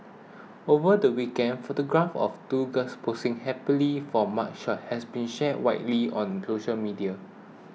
over the weekend photographs of two girls posing happily for mugshots have been shared widely on social media